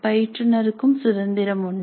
பயிற்றுனறுக்கும் சுதந்திரம் உண்டு